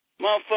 Motherfucker